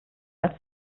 als